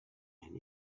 and